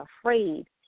afraid